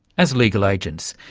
as legal agents,